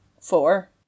four